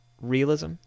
realism